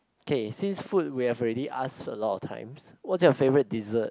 K since food we have already ask a lot of times what's your favourite dessert